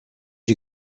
you